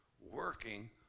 working